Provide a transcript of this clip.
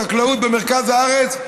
בחקלאות במרכז הארץ,